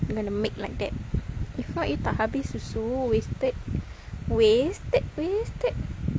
I'm going to make like that if not you tak habis susu wasted wasted wasted